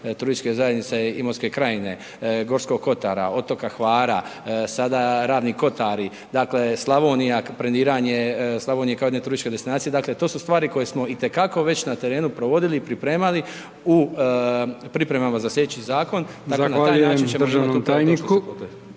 turističke zajednice Imotske krajine, Gorskog Kotara, otoka Hvara, sada Ravni kotari, dakle Slavonija, brendiranje Slavonije kao jedne turističke destinacije, dakle to su stvari koje smo i te kako na već na terenu provodili, pripremali u pripremama za sljedeći zakon .../Govornik se ne